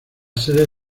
sede